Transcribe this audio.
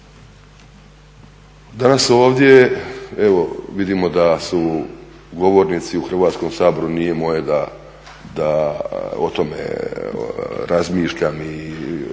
Danas ovdje evo vidimo da su govornici u Hrvatskom saboru, nije moje da o tome razmišljam i lamentiram,